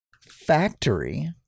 factory